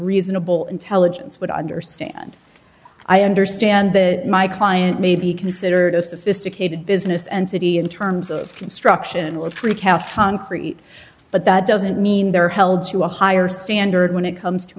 reasonable intelligence would understand i understand that my client may be considered a sophisticated business entity in terms of construction with precast concrete but that doesn't mean they're held to a higher standard when it comes to